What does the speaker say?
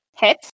Hit